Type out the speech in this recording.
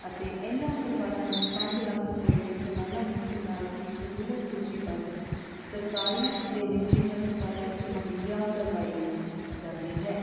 ਅਤੇ ਇਹਨਾਂ ਪਰਿਵਾਰਾਂ ਨੂੰ ਪੰਜ ਲੱਖ ਰੁਪਏ ਦੇ ਸਲਾਨਾ ਮੁਫ਼ਤ ਇਲਾਜ ਦੀ ਸਹੂਲਤ ਸੂਚੀਬੱਧ ਸਰਕਾਰੀ ਅਤੇ ਨਿੱਜੀ ਹਸਪਤਾਲਾਂ ਵਿੱਚ ਮੁਹੱਈਆ ਕਰਵਾਈ ਜਾਂਦੀ ਹੈ